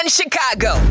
Chicago